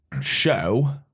show